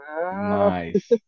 Nice